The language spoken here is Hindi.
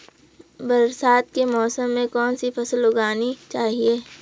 बरसात के मौसम में कौन सी फसल उगानी चाहिए?